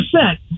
percent